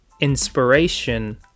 inspiration